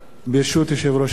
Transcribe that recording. ברשות יושב-ראש הישיבה,